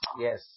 Yes